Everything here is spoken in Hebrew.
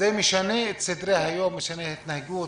זה משנה את סדרי היום של ההתנהגות,